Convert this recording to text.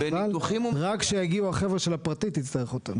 רק כשיגיעו החבר'ה מהפרטי אתה תצטרך אותם?